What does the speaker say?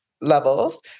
levels